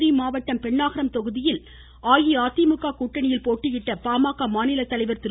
தர்மபுரி மாவட்டம் பெண்ணாகரம் தொகுதியில் அஇஅதிமுக கூட்டணியில் போட்டியிட்ட பாமக மாநிலத்தலைவர் திரு